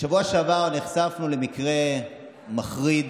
בשבוע שעבר נחשפנו למקרה מחריד